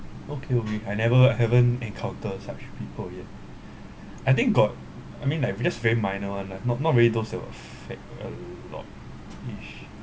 okay only I never haven't encountered such people yet I think got I mean like just very minor one like not not really those you affect a lot is